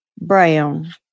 brown